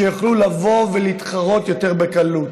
שיוכלו להתחרות יותר בקלות.